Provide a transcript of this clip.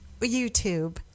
YouTube